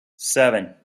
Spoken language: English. seven